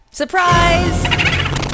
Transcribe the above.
Surprise